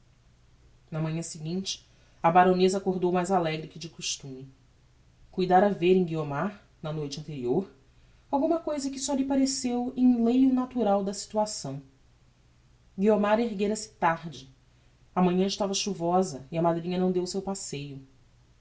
na manhã seguinte a baroneza acordou mais alegre que de costume cuidara ver em guiomar na noite anterior alguma cousa que só lhe pareceu enleio natural da situação guiomar erguera-se tarde a manhã estava chuvosa e a madrinha não deu o seu passeio